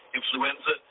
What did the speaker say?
influenza